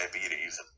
diabetes